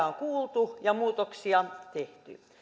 on kuultu ja muutoksia tehty